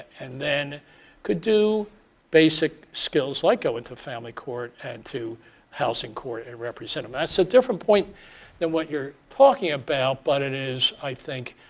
and then could do basic skills like go into family court and to housing court and represent them. um that's a different point than what you're talking about but it is, i think